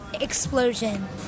explosion